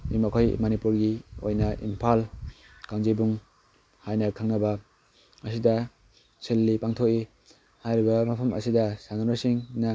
ꯃꯈꯣꯏ ꯃꯅꯤꯄꯨꯔꯒꯤ ꯑꯣꯏꯅ ꯏꯝꯐꯥꯜ ꯀꯥꯡꯖꯩꯕꯨꯡ ꯍꯥꯏꯅ ꯈꯪꯅꯕ ꯑꯁꯤꯗ ꯁꯤꯜꯂꯤ ꯄꯥꯡꯊꯣꯛꯏ ꯍꯥꯏꯔꯤꯕ ꯃꯐꯝ ꯑꯁꯤꯗ ꯁꯥꯟꯅꯔꯣꯏꯁꯤꯡꯅ